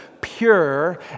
pure